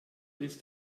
ist